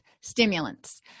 stimulants